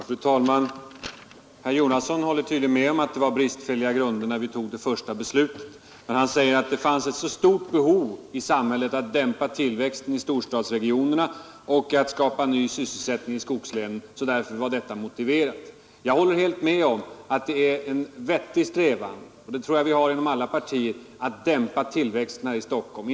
Fru talman! Herr Jonasson håller tydligen med om att grunderna var bristfälliga när vi tog det första beslutet. Men han säger att det fanns ett så stort behov i samhället av att dämpa tillväxten i storstadsregionerna och skapa ny sysselsättning i skogslänen att beslutet var motiverat. Jag håller helt med om att det är en vettig strävan — och den tror jag att vi har inom alla partier — att dämpa tillväxten här i Stockholm.